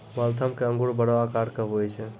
Waltham के अंगूर बड़ो आकार के हुवै छै